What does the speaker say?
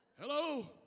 Hello